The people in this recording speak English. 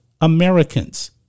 Americans